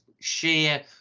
sheer